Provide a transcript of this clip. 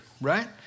right